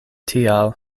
tial